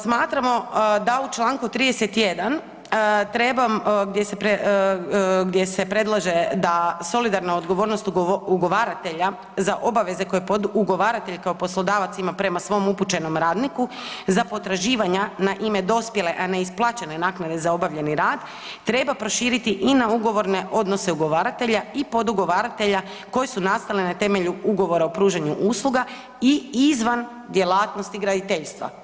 Smatramo da u čl. 31. trebamo, gdje se, gdje se predlaže da solidarna odgovornost ugovaratelja za obaveze koje pod ugovaratelj kao poslodavac ima prema svom upućenom radniku za potraživanja na ime dospjele, a neisplaćene naknade za obavljeni rad, treba proširiti i na ugovorne odnose ugovaratelja i pod ugovaratelja koje su nastale na temelju Ugovora o pružanju usluga i izvan djelatnosti graditeljstva.